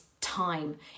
time